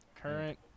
Current